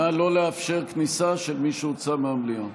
נא לא לאפשר כניסה של מי שהוצא מהמליאה.